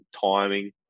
timing